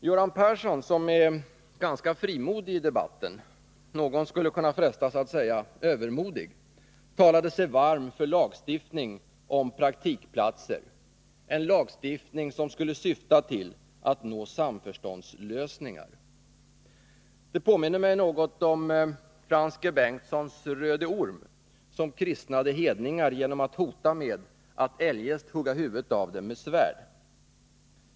Göran Persson, som är ganska frimodig i debatten — någon skulle kunna frestas att säga övermodig — talade sig varm för lagstiftning om praktikplatser, en lagstiftning som skulle syfta till att nå samförståndslösningar. Det påminner mig något om Frans G. Bengtssons Röde Orm, som kristnade hedningar genom att hota med att eljest hugga huvudet av dem med svärd.